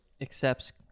accepts